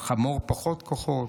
לחמור פחות כוחות.